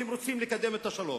שהם רוצים לקדם את השלום.